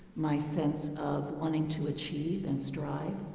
my sense of wanting to achieve and strive.